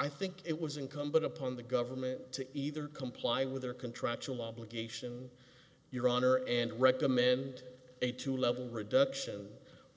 i think it was incumbent upon the government to either comply with their contractual obligation your honor and recommend a two level reduction